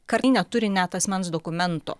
kad neturi net asmens dokumento